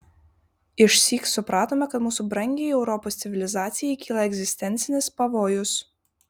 išsyk supratome kad mūsų brangiai europos civilizacijai kyla egzistencinis pavojus